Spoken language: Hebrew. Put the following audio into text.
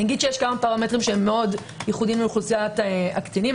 יש כמה פרמטרים שמאוד ייחודיים לאוכלוסיית הקטינים.